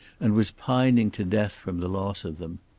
and was pining to death from the loss of them.